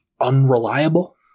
unreliable